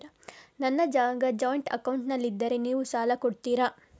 ನನ್ನ ಜಾಗ ಜಾಯಿಂಟ್ ಅಕೌಂಟ್ನಲ್ಲಿದ್ದರೆ ನೀವು ಸಾಲ ಕೊಡ್ತೀರಾ?